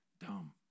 Dumb